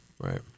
Right